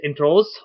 intros